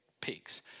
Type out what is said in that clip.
Peaks